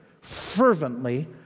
fervently